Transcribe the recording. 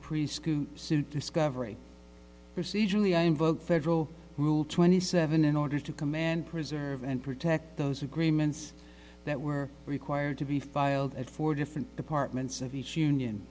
preschool suit discovery procedurally i invoke federal rule twenty seven in order to command preserve and protect those agreements that were required to be filed at four different departments of each union